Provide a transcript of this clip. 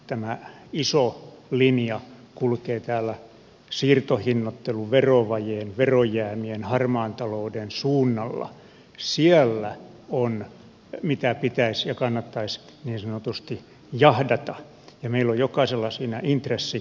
tämä iso linja kulkee täällä siirtohinnoittelun verovajeen verojäämien harmaan talouden suunnalla ja siellä on mitä pitäisi ja kannattaisi niin sanotusti jahdata ja meillä on jokaisella siinä intressi